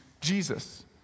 Jesus